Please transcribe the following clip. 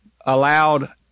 allowed